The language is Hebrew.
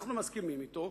שאנחנו מסכימים אתו,